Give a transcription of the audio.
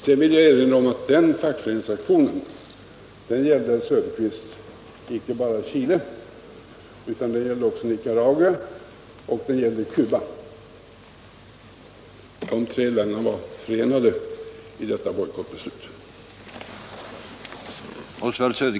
Sedan vill jag, herr Söderqvist, erinra om att denna fackföreningsaktion gäller inte bara Chile utan också Nicaragua och Cuba. Det är dessa tre länder som bojkottbeslutet gäller.